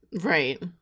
Right